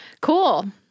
Cool